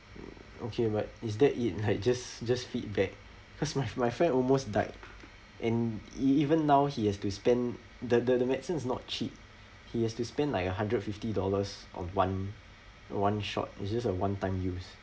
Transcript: mm okay right is that it like just just feedback because my my friend almost died and e~ even now he has to spend the the the medicine is not cheap he has to spend like a hundred fifty dollars on one one shot it's just a one time use